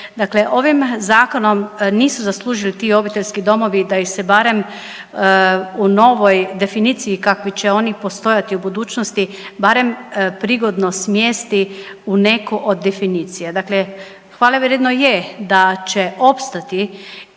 ovim zakonom nisu zaslužili ti obiteljski domovi da ih barem u novoj definiciji, kakvi će oni postojati u budućnosti, barem prigodno smjesti u neku od definicija. Dakle, hvalevrijedno je da će opstati